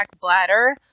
bladder